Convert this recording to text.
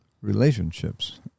relationships